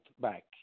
back